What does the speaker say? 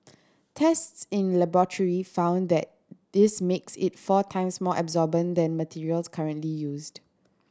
tests in the laboratory found that this makes it four times more absorbent than materials currently used